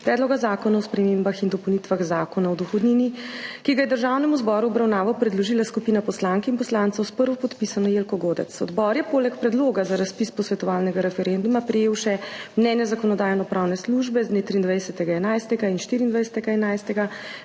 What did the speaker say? Predloga zakona o spremembah in dopolnitvah Zakona o dohodnini, ki ga je Državnemu zboru v obravnavo predložila skupina poslank in poslancev s prvopodpisano Jelko Godec. Odbor je poleg predloga za razpis posvetovalnega referenduma prejel še mnenje Zakonodajno-pravne službe z dne 23. 11. in 24. 11.